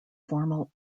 formal